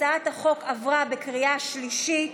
הצעת החוק עברה בקריאה שלישית.